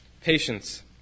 Patience